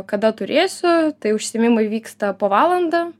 kada turėsiu tai užsiėmimai vyksta po valandą